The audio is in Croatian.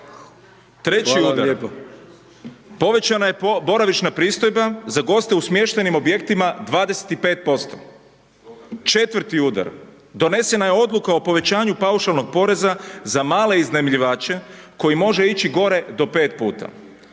Treći udar, povećana je boravišna pristojba za goste u smještajnim objektima 25%. Četvrti udar, donesena je odluka o povećanju paušalnog poreza za male iznajmljivače koji može ići gore do 5 puta.